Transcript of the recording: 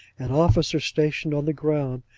an officer stationed on the ground,